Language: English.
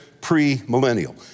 pre-millennial